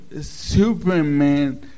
Superman